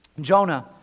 Jonah